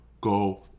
go